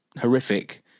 horrific